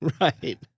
Right